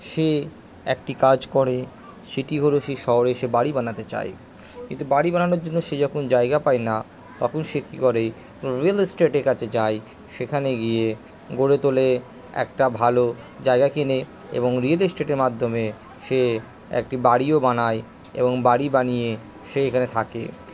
সে একটি কাজ করে সেটি হলো সে শহরে এসে বাড়ি বানাতে চায় কিন্তু বাড়ি বানানোর জন্য সে যখন জায়গা পায় না তখন সে কি করে রিয়েল এস্টেটের কাছে যায় সেখানে গিয়ে গড়ে তোলে একটা ভালো জায়গা কেনে এবং রিয়েল এস্টেটের মাধ্যমে সে একটি বাড়িও বানায় এবং বাড়ি বানিয়ে সে এখানে থাকে